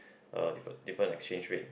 uh diff~ different exchange rate